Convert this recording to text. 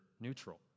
neutral